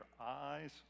eyes